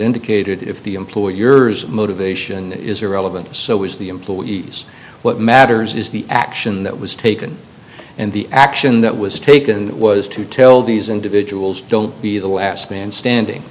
indicated if the employer yours motivation is irrelevant so is the employees what matters is the action that was taken and the action that was taken was to tell these individuals don't be the last man standing